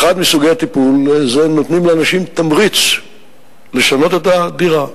אחד מסוגי הטיפול זה שנותנים לאנשים תמריץ לשנות את הדירה.